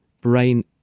brain